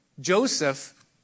Joseph